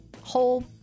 whole